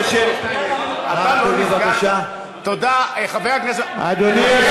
אדוני היושב-ראש, חבר הכנסת גפני,